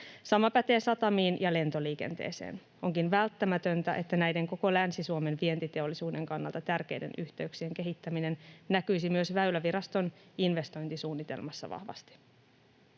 Sama pätee satamiin ja lentoliikenteeseen. Onkin välttämätöntä, että näiden koko Länsi-Suomen vientiteollisuuden kannalta tärkeiden yhteyksien kehittäminen näkyisi vahvasti myös Väyläviraston investointisuunnitelmassa.